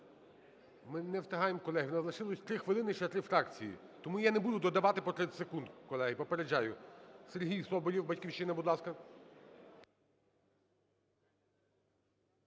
Ми не встигаємо, колеги, нам лишилось 3 хвилини, ще три фракції, тому я не буду додавати по 30 секунд, колеги, попереджаю. Сергій Соболєв, "Батьківщина", будь ласка.